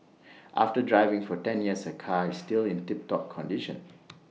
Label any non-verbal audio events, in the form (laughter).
after driving for ten years her car is still in tip top condition (noise)